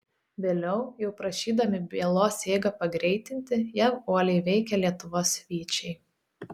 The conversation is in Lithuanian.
vėliau jau prašydami bylos eigą pagreitinti jav uoliai veikė lietuvos vyčiai